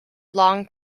long